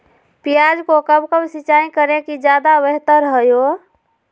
प्याज को कब कब सिंचाई करे कि ज्यादा व्यहतर हहो?